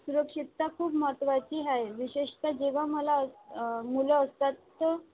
सुरक्षितता खूप महत्वाची हाय विशेषतः जेव्हा मला अस मुलं असतात तर